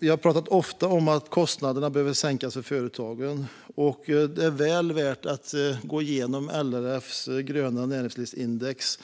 Vi har pratat ofta om att kostnaderna behöver sänkas för företagen, och det är väl värt att gå igenom LRF:s senaste gröna näringslivsindex